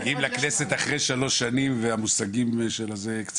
מגיעים לכנסת אחרי שלוש שנים והמושגים קצת,